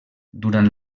durant